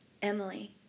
Emily